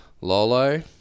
Lolo